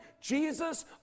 Jesus